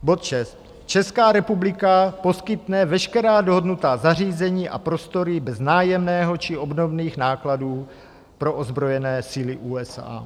Bod 6. Česká republika poskytne veškerá dohodnutá zařízení a prostory bez nájemného či obdobných nákladů pro ozbrojené síly USA.